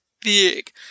big